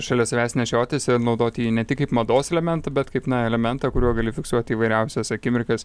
šalia savęs nešiotis ir naudoti jį ne tik kaip mados elementą bet kaip elementą kuriuo gali fiksuoti įvairiausias akimirkas